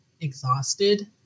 exhausted